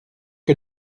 que